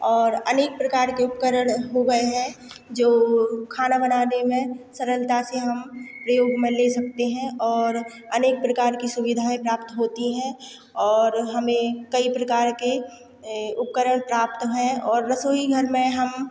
और अनेक प्रकार के उपकरण हो गए हैं जो खाना बनाने में सरलता से हम प्रयोग में ले सकते हैं और अनेक प्रकार की सुविधाएँ प्राप्त होती हैं और हमें कई प्रकार के उपकरण प्राप्त हैं और रसोईघर में हम